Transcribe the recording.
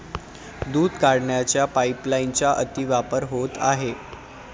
दूध काढण्याच्या पाइपलाइनचा अतिवापर होत आहे